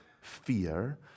fear